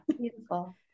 Beautiful